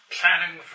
planning